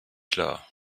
klar